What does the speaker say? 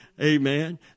Amen